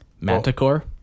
Manticore